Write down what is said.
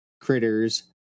critters